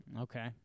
Okay